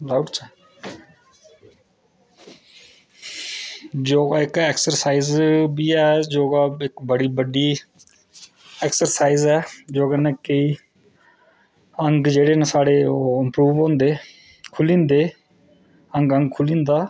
लाई ओड़चै योगा एक्सरसाईज़ बी योगा इक्क बड़ी बड्डी एक्सरसाईज़ ऐ योगा कन्नै केईं अंग न जेह्ड़े साढ़े ओह् इम्प्रूव होंदे खु'ल्ली जंदे अंग अंग खुल्ली जंदा